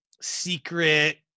Secret